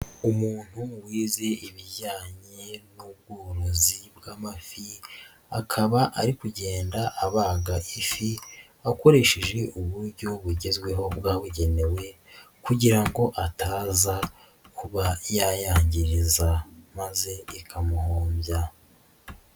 Umuntu wize ibijyanye n'ubworozi bw'amafi, akaba ari kugenda abaga ifi akoresheje uburyo bugezweho bwabugenewe kugira ngo ataza kuba yayangiriza maze ikamuhombya.